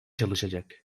çalışacak